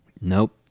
Nope